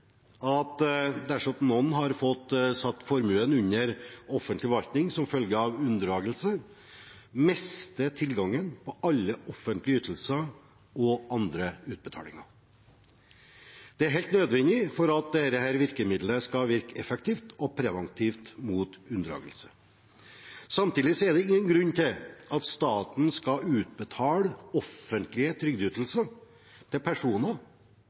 at dersom noen har fått formuen satt under offentlig forvaltning som følge av unndragelse, mister de tilgangen på alle offentlige ytelser og andre utbetalinger. Det er helt nødvendig for at dette virkemiddelet skal virke effektivt og preventivt mot unndragelse. Samtidig er det ingen grunn til at staten skal utbetale offentlige trygdeytelser til personer